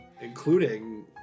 including